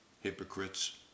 Hypocrites